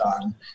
on